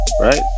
right